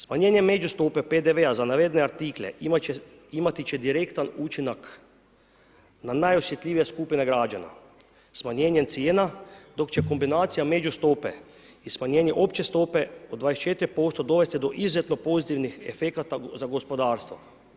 Smanjenje međustope PDV-a za navedene artikle, imati će direktan učinak, na najosjetljivije skupine građana, smanjenjem cijena, dok će kombinacija međustope i smanjenje opće stope od 24% dovesti do izuzetno pozitivnih efekata za gospodarstvo.